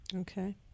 Okay